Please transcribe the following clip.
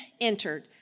entered